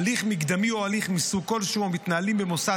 הליך מקדמי או הליך מסוג כלשהו המתנהלים במוסד